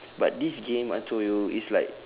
but this game I told you is like